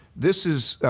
this is